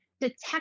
detect